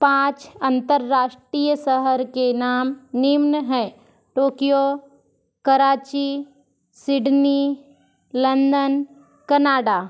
पाँच अंतरराष्ट्रीय शहर के नाम निम्न हैं Tokyo Karachi Sydney London Canada